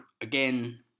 again